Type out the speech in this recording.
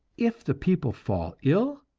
if the people fall ill,